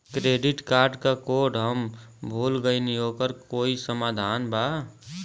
Credit card क code हम भूल गइली ओकर कोई समाधान बा?